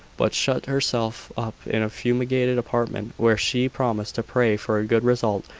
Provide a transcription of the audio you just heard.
but shut herself up in a fumigated apartment, where she promised to pray for a good result,